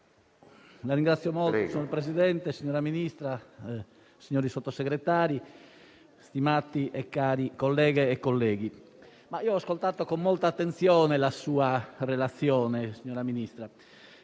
*(IV-PSI)*. Signor Presidente, signora Ministra, signori Sottosegretari, stimati e cari colleghe e colleghi, ho ascoltato con molta attenzione la relazione della signora Ministra